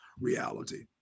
reality